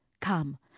Come